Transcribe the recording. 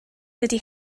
dydy